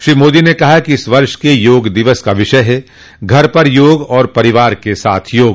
श्री मोदी ने कहा कि इस वर्ष के योग दिवस का विषय है घर पर योग और परिवार के साथ योग